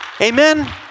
Amen